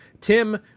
Tim